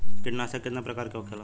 कीटनाशक कितना प्रकार के होखेला?